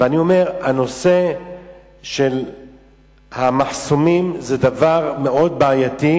הנושא של המחסומים הוא דבר מאוד בעייתי,